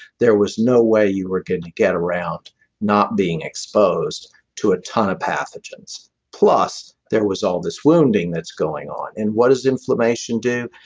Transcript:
there was no way you were going to get around not being exposed to a ton of pathogens. plus there was all this wounding that's going on and what does inflammation do?